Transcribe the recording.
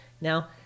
Now